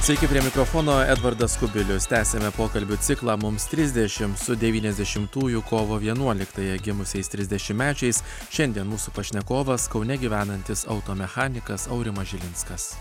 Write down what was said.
sveiki prie mikrofono edvardas kubilius tęsiame pokalbių ciklą mums trisdešimt devyniasdešimtųjų kovo vienuoliktąją gimusiais trisdešimtmečiais šiandien mūsų pašnekovas kaune gyvenantis auto mechanikas aurimas žilinskas